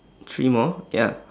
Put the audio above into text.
three more ya